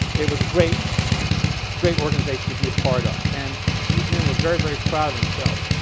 it was a great great organization to be a part of. and these men were very very proud of themselves.